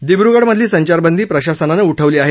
दिब्र्गढमधली संचारबंदी प्रशासनानं उठवली आहे